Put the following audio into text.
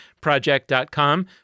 project.com